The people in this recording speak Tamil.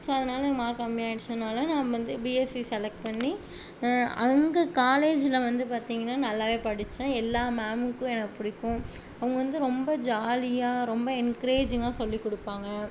ஸோ அதனால மார்க் கம்மியாடுச்சுனால் நான் வந்து பிஎஸ்சி செலக்ட் பண்ணி அங்கே காலேஜில் வந்து பார்த்திங்கனா நல்லாவே படித்தேன் எல்லா மேம்முக்கும் என்னை பிடிக்கும் அவங்க வந்து ரொம்ப ஜாலியாக ரொம்ப என்க்ரேஜிங்காக சொல்லிக் கொடுப்பாங்க